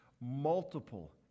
multiple